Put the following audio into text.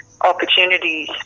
opportunities